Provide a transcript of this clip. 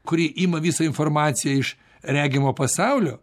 kuri ima visą informaciją iš regimo pasaulio